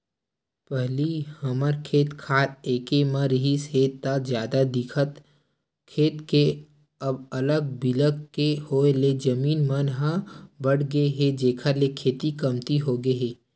पहिली हमर खेत खार एके म रिहिस हे ता जादा दिखय खेत के अब अलग बिलग के होय ले जमीन मन ह बटगे हे जेखर ले खेती कमती होगे हे